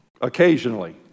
occasionally